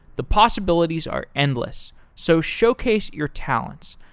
the possibilities are endless, so showcase your talents.